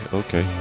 okay